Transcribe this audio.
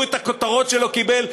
הוא את הכותרות שלו קיבל.